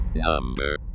Number